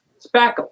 spackle